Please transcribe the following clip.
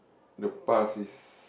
the past is